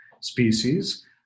species